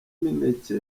imineke